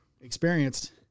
experienced